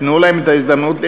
תנו להם את ההזדמנות לנאום.